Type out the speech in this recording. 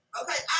okay